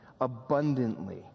abundantly